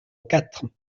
quatre